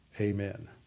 Amen